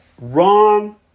wrong